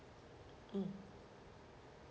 mm